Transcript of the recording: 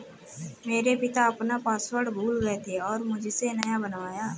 मेरे पिता अपना पासवर्ड भूल गए थे और मुझसे नया बनवाया